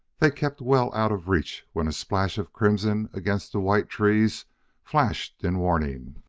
they kept well out of reach when a splash of crimson against the white trees flashed in warning.